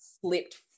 slipped